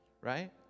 right